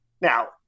Now